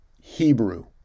Hebrew